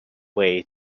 way